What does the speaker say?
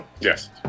Yes